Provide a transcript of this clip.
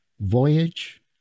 Voyage